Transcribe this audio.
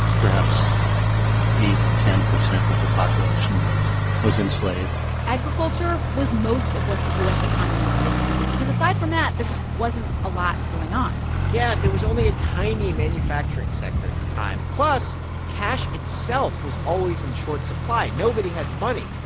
perhaps eight or ten percent of the population was was enslaved agriculture was most of what the u s. economy did because aside from that, there just wasn't a lot going on yeah. there was only a tiny manufacturing sector at the time. plus cash itself was always in short supply. nobody had money.